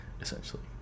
essentially